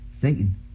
Satan